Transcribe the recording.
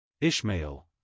Ishmael